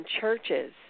churches